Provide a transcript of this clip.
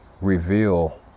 reveal